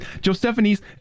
Josephine's